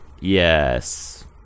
Yes